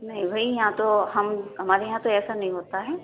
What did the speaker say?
نہیں بھائی یہاں تو ہم ہمارے یہاں تو ایسا نہیں ہوتا ہے